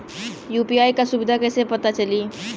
UPI क सुविधा कैसे पता चली?